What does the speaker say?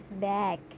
back